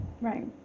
Right